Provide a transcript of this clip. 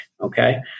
okay